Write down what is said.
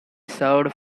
served